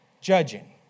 judging